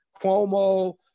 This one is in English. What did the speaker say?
Cuomo